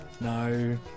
No